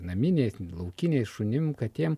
naminiais laukiniais šunim katėm